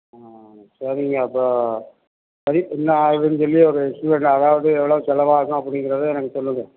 ஆ ஆ ஆ சரிங்க அப்போது சரி என்ன ஆகுதுன்னு சொல்லி ஒரு எஸ்டிமேட் அதாவது எவ்வளோ செலவாகும் அப்படிங்கிறத எனக்கு சொல்லுங்க